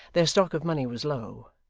their stock of money was low,